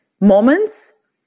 moments